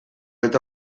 eta